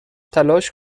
تلاش